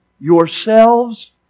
yourselves